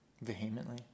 Vehemently